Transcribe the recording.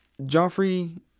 Joffrey